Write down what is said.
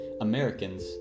Americans